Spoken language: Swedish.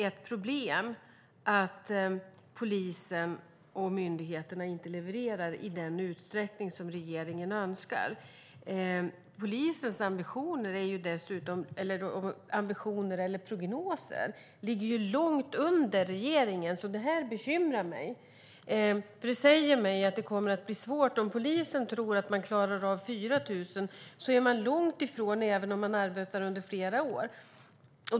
Ett problem är att polisen och myndigheterna inte levererar i den utsträckning som regeringen önskar. Polisens prognoser ligger långt under regeringens, och det bekymrar mig. Om polisen tror att man klarar 4 000 är man långt ifrån även om man arbetar under flera år.